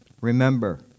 Remember